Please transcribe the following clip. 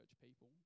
people